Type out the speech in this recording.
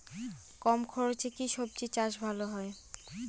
কম খরচে কি সবজি চাষ ভালো হয়?